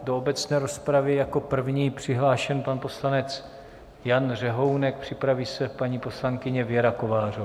Do obecné rozpravy je jako první přihlášen pan poslanec Jan Řehounek, připraví se paní poslankyně Věra Kovářová.